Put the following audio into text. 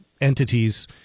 entities